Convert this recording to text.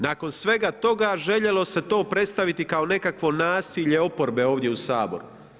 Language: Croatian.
Nakon svega toga željelo se to predstaviti kao nekakvo nasilje oporbe ovdje u Saboru.